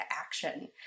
action